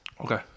Okay